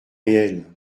réel